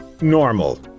normal